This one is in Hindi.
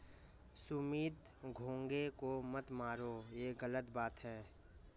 सुमित घोंघे को मत मारो, ये गलत बात है